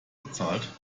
bezahlt